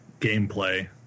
gameplay